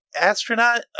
astronaut